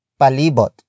Palibot